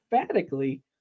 emphatically